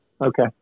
Okay